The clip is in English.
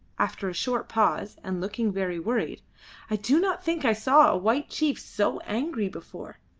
after a short pause and looking very worried i do not think i saw a white chief so angry before.